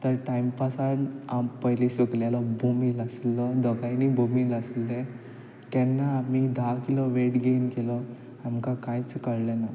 तर टायमपासान हांव पयलीं सुकलेलो बोमील आसलो दोगांयनी बोमील आसले केन्ना आमी धा किलो वेट गेन केलो आमकां कांयच कळ्ळें ना